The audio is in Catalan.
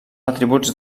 atributs